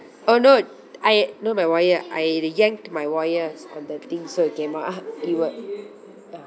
oh no I no my wire I the yanked my wires on the thing so it came out ah it were